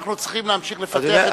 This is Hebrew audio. אנחנו צריכים להמשיך לפתח,